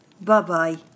Bye-bye